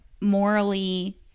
morally